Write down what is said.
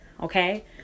okay